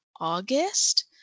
August